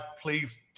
please